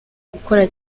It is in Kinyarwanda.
gukora